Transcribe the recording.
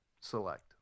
select